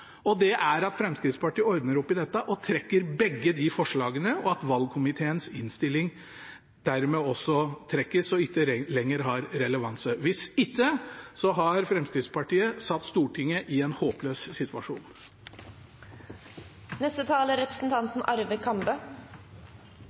og det er at Fremskrittspartiet ordner opp i det og trekker begge forslagene, og at valgkomiteens innstilling dermed også trekkes og ikke lenger har relevans. Hvis ikke har Fremskrittspartiet satt Stortinget i en håpløs situasjon. Som leder av arbeids- og sosialkomiteen, hvor Godskesen er